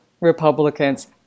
Republicans